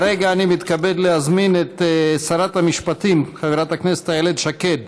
כרגע אני מתכבד להזמין את שרת המשפטים חברת הכנסת איילת שקד